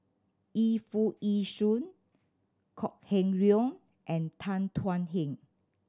Yu Foo Yee Shoon Kok Heng Leun and Tan Thuan Heng